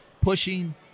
pushing